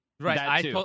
Right